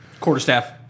quarterstaff